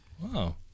Wow